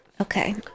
okay